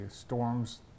storms